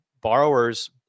borrowers